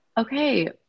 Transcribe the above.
okay